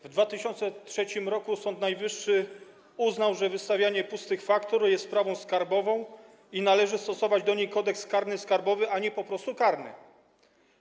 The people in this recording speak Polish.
W 2003 r. Sąd Najwyższy uznał, że wystawianie pustych faktur jest sprawą skarbową i należy stosować do niej Kodeks karny skarbowy, a nie po prostu Kodeks karny.